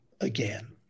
again